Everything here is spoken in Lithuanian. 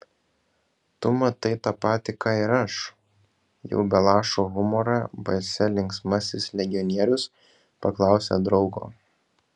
tu matai tą patį ką ir aš jau be lašo humoro balse linksmasis legionierius paklausė draugo